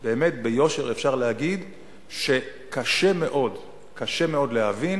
באמת ביושר אפשר להגיד שקשה מאוד להבין